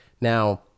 Now